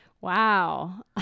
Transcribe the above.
Wow